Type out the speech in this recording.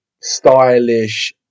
stylish